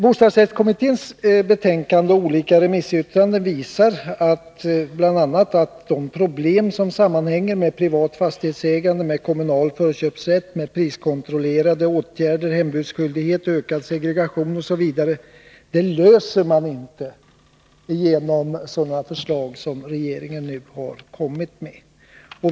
Bostadsrättskommitténs betänkande och olika remissyttranden visar bl.a. att de problem som sammanhänger med privat fastighetsägande, kommunal förköpsrätt, priskontrollerande åtgärder, hembudsskyldighet, ökad segregation osv. inte löses genom sådana förslag som regeringen nu har kommit med.